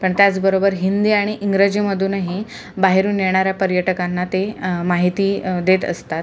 पण त्याचबरोबर हिंदी आणि इंग्रजीमधूनही बाहेरून येणाऱ्या पर्यटकांना ते माहिती देत असतात